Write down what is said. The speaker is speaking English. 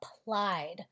applied